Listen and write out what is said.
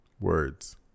words